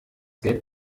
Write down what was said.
geld